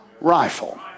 rifle